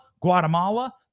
Guatemala